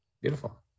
beautiful